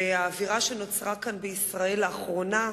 והאווירה שנוצרה כאן, בישראל, לאחרונה,